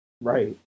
Right